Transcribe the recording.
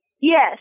Yes